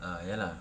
ah ya lah